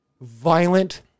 violent